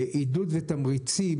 עידוד ותמריצים,